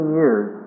years